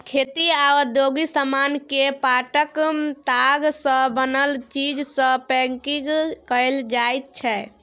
खेती आ औद्योगिक समान केँ पाटक ताग सँ बनल चीज सँ पैंकिग कएल जाइत छै